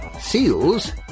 SEALs